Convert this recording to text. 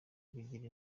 bigira